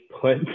put